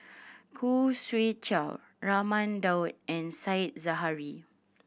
Khoo Swee Chiow Raman Daud and Said Zahari